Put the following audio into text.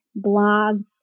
blogs